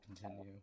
continue